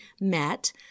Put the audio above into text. met